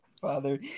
Father